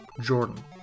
Jordan